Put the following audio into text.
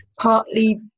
partly